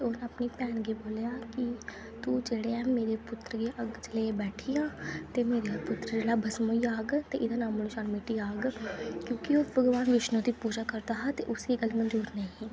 ते उन अपनी भैनू गी बोलेआ की तूं जेह्ड़ा ऐ मेरे पुत्र गी अग्ग च लेइयै बैठी जा ते मेरा पुत्र जेह्ड़ा भस्म होई जाग एह्दा नामोनशान मिटी जाग क्योकी ओह् भगवान बिश्नु दी पूजा करदा हा ते उसी